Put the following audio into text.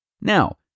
Now